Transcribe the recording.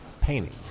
painting